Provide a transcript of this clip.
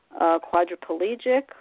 quadriplegic